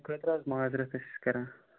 تمہِ خٲطرٕ حظ مازرَتھ أسۍ کَران